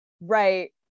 Right